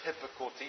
typical